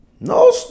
No